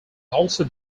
also